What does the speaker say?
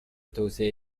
توسعه